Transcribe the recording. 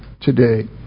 today